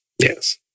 Yes